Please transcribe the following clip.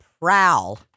prowl